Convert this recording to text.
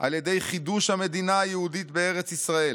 על ידי חידוש המדינה היהודית בארץ ישראל,